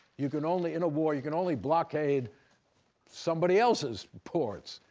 you can only, in a war, you can only blockade somebody else's ports.